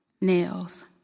nails